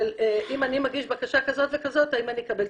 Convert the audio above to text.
--- שאם אני מגיש בקשה כזו וכזו האם אני אקבל תמיכה.